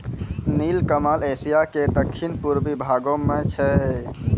नीलकमल एशिया के दक्खिन पूर्वी भागो मे छै